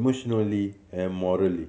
emotionally and morally